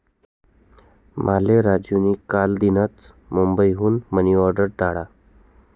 माले राजू नी कालदीनच मुंबई हुन मनी ऑर्डर धाडा